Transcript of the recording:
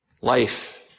life